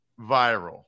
viral